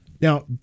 Now